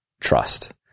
trust